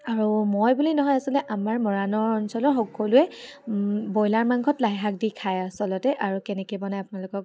আৰু মই বুলি নহয় আচলতে আমাৰ মৰাণৰ অঞ্চলৰ সকলোৱে ব্ৰইলাৰ মাংসত লাইশাক দি খায় আচলতে আৰু কেনেকৈ বনাই আপোনালোকক